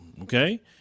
Okay